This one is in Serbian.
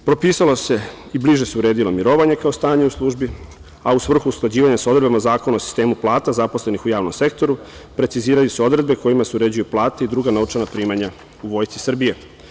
Propisala su se i bliže uredila mirovanja kao stanja u službi, a u svrhu usklađivanja sa odredbama Zakona o sistemu plata zaposlenih u javnom sektoru, preciziraju se odredbe kojima se uređuju plate i druga novčana primanja u Vojsci Srbije.